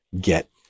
get